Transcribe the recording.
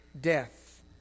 Death